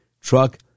truck